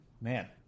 man